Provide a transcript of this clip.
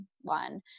one